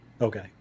okay